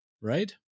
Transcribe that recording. right